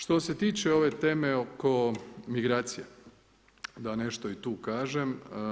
Što se tiče ove teme oko migracija, da nešto i tu kažem.